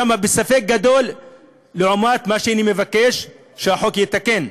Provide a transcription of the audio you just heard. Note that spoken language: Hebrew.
בספק גדול לעומת מה שאני מבקש שהחוק יתקן.